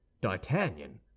d'artagnan